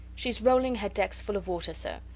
shes rolling her decks full of water, sir.